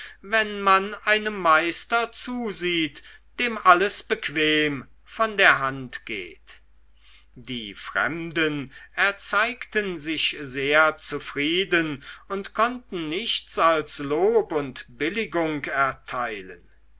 wenn man einem meister zusieht dem alles bequem von der hand geht die fremden erzeigten sich sehr zufrieden und konnten nichts als lob und billigung erteilen